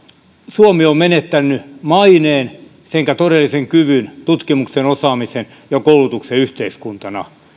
suomi on menettänyt maineen sekä todellisen kyvyn tutkimuksen osaamisen ja koulutuksen yhteiskuntana